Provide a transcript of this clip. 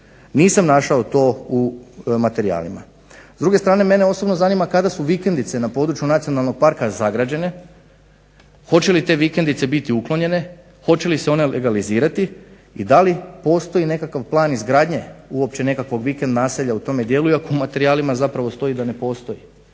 Nisam našao to u materijalima. S druge strane mene osobno zanima kada su vikendice na području nacionalnog parka zagrađene hoće li te vikendice biti uklonjene, hoće li se one legalizirati i da li postoji nikakva plan izgradnje uopće nekakvog vikend naselja u tome dijelu iako u materijalima stoji da ne postoji.